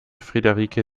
friederike